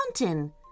mountain